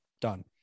Done